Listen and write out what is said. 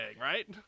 right